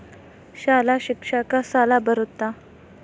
ಶಾಲಾ ಶಿಕ್ಷಣಕ್ಕ ಸಾಲ ಬರುತ್ತಾ?